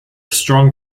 strong